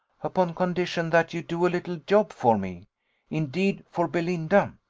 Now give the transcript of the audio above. upon condition that you do a little job for me indeed for belinda.